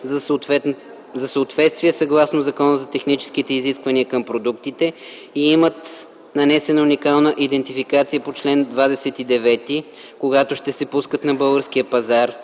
за съответствие съгласно Закона за техническите изисквания към продуктите и имат нанесена уникална идентификация по чл. 29, когато ще се пускат на българския пазар,